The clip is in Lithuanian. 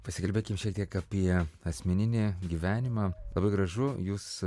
pasikalbėkim šiek tiek apie asmeninį gyvenimą labai gražu jūs